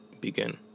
begin